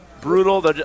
brutal